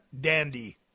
Dandy